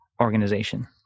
organization